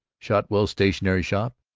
shotwell's stationery shop,